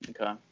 Okay